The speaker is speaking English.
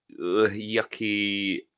yucky